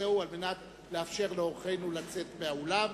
על מנת לאפשר לאורחינו לצאת מהאולם.